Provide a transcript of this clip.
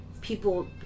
people